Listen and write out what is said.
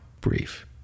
brief